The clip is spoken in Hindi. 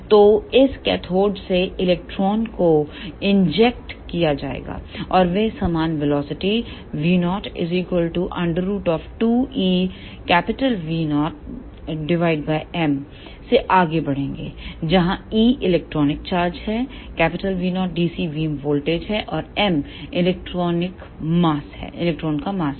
तो इस कैथोड से इलेक्ट्रॉन को इंजेक्ट किया जाएगा और वे समान वेलोसिटी 𝛎02eV0m से आगे बढ़ेंगे जहां e इलेक्ट्रॉन चार्ज है V0 dc बीम वोल्टेज है और m इलेक्ट्रॉन का मास है